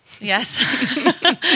Yes